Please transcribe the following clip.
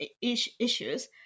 issues